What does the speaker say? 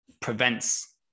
prevents